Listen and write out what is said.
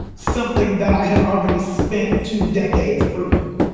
something that i had already spent two decades proving.